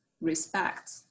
respect